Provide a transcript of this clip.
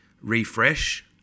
refresh